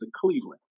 Cleveland